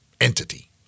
entity